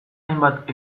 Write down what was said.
hainbat